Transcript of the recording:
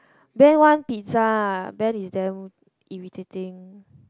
Ben want pizza Ben is damn irritating